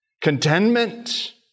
Contentment